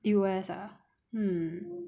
U_S ah hmm